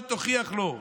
אל תוכיח אותו,